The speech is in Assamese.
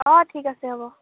অঁ ঠিক আছে হ'ব